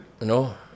No